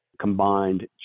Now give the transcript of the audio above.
combined